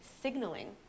signaling